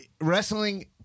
wrestling